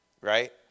right